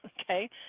Okay